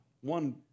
one